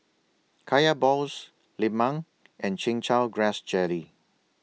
Kaya Balls Lemang and Chin Chow Grass Jelly